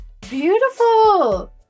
Beautiful